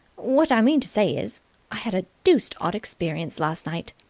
what i mean to say is, i had a deuced odd experience last night.